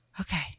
okay